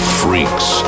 freaks